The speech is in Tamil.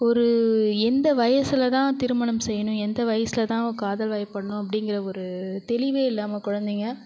ஒரு எந்த வயசில் தான் திருமணம் செய்யணும் எந்த வயசில் தான் காதல் வயப்பட்ணும் அப்படிங்கிற ஒரு தெளிவே இல்லாமல் குழந்தைங்க